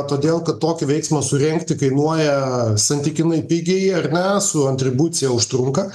todėl kad tokį veiksmą surengti kainuoja santykinai pigiai ar ne su atribucija užtrunka